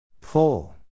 Pull